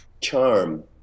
charm